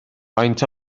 faint